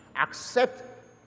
Accept